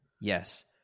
yes